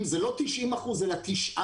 אם זה לא 90% אלא 9%,